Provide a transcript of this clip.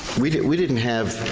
we didn't we didn't have,